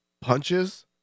punches